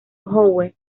howe